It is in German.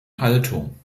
haltung